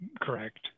correct